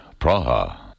Praha